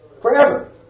Forever